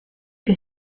que